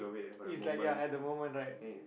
is like ya at the moment right